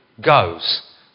goes